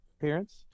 appearance